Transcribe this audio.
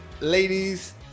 ladies